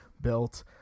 built